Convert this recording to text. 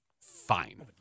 Fine